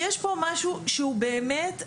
יש פה משהו שהוא באמת,